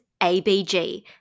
ABG